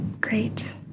Great